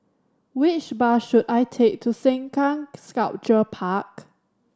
which bus should I take to Sengkang Sculpture Park